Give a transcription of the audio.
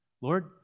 Lord